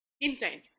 Insane